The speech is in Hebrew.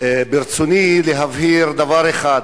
ברצוני להבהיר דבר אחד.